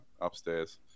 upstairs